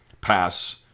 pass